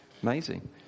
amazing